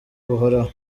buhoraho